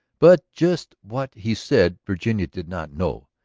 but just what he said virginia did not know.